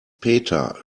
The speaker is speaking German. peter